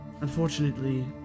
Unfortunately